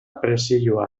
presioa